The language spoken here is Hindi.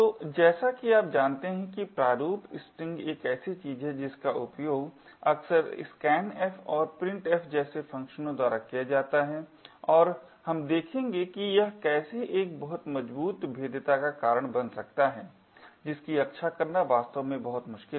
तो जैसा कि आप जानते हैं कि प्रारूप स्ट्रिंग एक ऐसी चीज है जिसका उपयोग अक्सर scanf और printf जैसे फंक्शनों द्वारा किया जाता है और हम देखेंगे कि यह कैसे एक बहुत मजबूत भेद्यता का कारण बन सकता है जिसकी रक्षा करना वास्तव में बहुत मुश्किल है